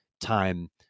time